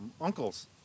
uncles